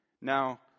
Now